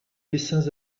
dessins